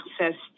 access